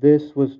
this was